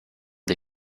des